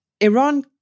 Iran